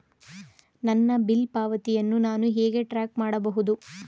ನನ್ನ ಬಿಲ್ ಪಾವತಿಯನ್ನು ನಾನು ಹೇಗೆ ಟ್ರ್ಯಾಕ್ ಮಾಡಬಹುದು?